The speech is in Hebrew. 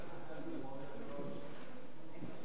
דחיית מועד התחילה),